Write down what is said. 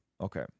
Okay